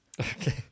Okay